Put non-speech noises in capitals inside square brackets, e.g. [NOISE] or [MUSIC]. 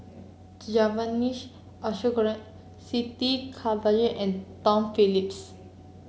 [UNINTELLIGIBLE] Ashok Ghari Siti Khalijah and Tom Phillips